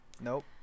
Nope